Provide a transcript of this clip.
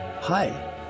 Hi